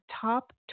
top